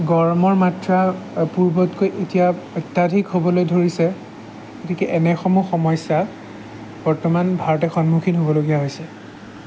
গৰমৰ মাত্ৰা পূৰ্বতকৈ এতিয়া অত্যাধিক হ'বলৈ ধৰিছে গতিকে এনেসমূহ সমস্যা বৰ্তমান ভাৰতে সন্মুখীন হ'বলগীয়া হৈছে